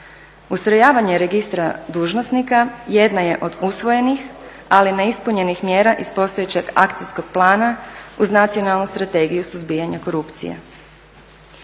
Ustrojavanje registra dužnosnika jedna je od usvojenih ali neispunjenih mjera iz postojećeg Akcijskog plana uz Nacionalnu strategiju suzbijanja korupcije.